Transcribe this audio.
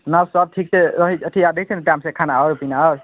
nurse सब ठीक से रहै अथी आर दै छै ने खाना आर पीना आर